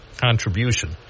contribution